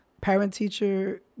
parent-teacher